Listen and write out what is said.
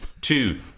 Two